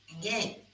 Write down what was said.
Again